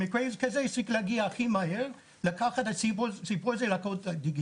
במקרה כזה צריך להגיע מהר לקח את הציפור לדגימות,